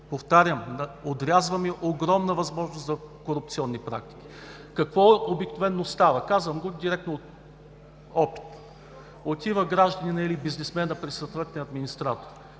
Повтарям: отрязваме огромна възможност за корупционни практики. Какво обикновено става? Казвам го директно от опит. Отива гражданинът или бизнесменът при съответния администратор